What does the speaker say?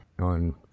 on